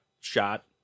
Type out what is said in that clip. shot